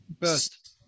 First